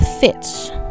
fits